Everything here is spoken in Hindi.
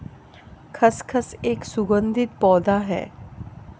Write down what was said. खसखस एक सुगंधित पौधा है